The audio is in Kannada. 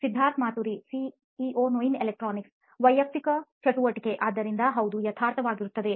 ಸಿದ್ಧಾರ್ಥ್ ಮಾತುರಿ ಸಿಇಒ ನೋಯಿನ್ ಎಲೆಕ್ಟ್ರಾನಿಕ್ಸ್ ವೈಯಕ್ತಿಕ ಚಟುವಟಿಕೆ ಆದ್ದರಿಂದ ಹೌದು ಯಥಾರ್ಥವಾಗಿರುತ್ತದೆ